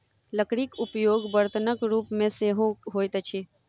लकड़ीक उपयोग बर्तनक रूप मे सेहो होइत अछि